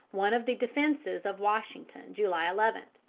one of the defences of washington, july eleven.